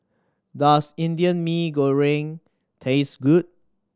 does Indian Mee Goreng taste good